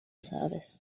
service